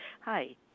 hi